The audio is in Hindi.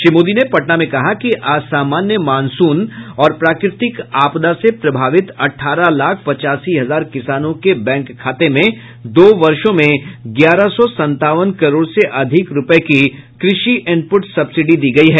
श्री मोदी ने पटना में कहा कि असामान्य मानसून और प्राकृतिक आपदा से प्रभावित अठारह लाख पचासी हजार किसानों के बैंक खाते में दो वर्षो में ग्यारह सौ संतावन करोड़ से अधिक रुपये की कृषि इनप्रेट सब्सिडी दी गई है